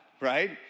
right